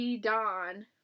Dawn